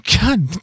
God